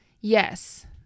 Yes